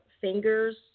fingers